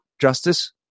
justice